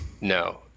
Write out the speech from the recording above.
No